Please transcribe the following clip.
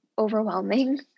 Overwhelming